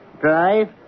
Drive